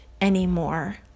anymore